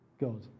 God